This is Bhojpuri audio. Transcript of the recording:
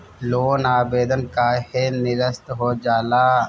लोन आवेदन काहे नीरस्त हो जाला?